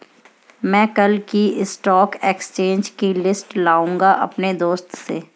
मै कल की stock exchange की लिस्ट लाऊंगा अपने दोस्त से